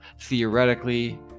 theoretically